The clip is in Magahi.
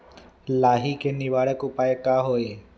लाही के निवारक उपाय का होई?